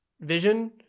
Vision